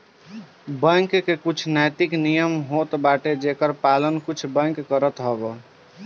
bank के कुछ नैतिक नियम होत बाटे जेकर पालन कुछ बैंक करत हवअ